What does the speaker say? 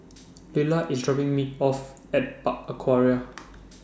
Lyla IS dropping Me off At Park Aquaria